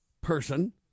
person